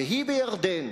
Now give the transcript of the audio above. והיא בירדן,